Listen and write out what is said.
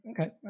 okay